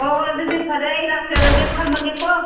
ꯍꯣꯏ ꯍꯣꯏ ꯑꯗꯨꯗꯤ ꯐꯔꯦ ꯑꯩ ꯂꯥꯛꯆꯔꯒꯦ ꯊꯝꯃꯒꯦꯀꯣ